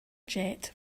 jet